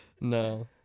No